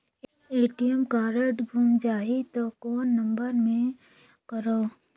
ATM card गुम जाही त कौन नम्बर मे करव?